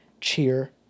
cheer